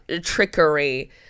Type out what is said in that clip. trickery